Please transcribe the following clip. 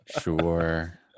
sure